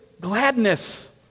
gladness